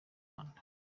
rwanda